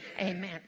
Amen